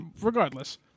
regardless